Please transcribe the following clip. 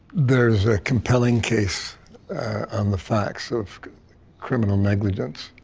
there's a compelling case on the facts of criminal negligence.